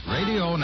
Radio